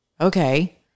Okay